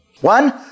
One